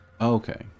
okay